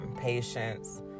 patience